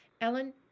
Ellen